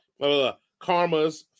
Karmas